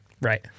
Right